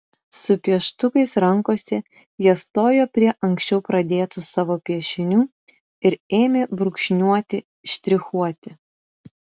su pieštukais rankose jie stojo prie anksčiau pradėtų savo piešinių ir ėmė brūkšniuoti štrichuoti